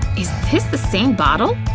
is this the same bottle?